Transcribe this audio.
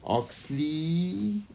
Oxley